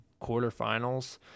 quarterfinals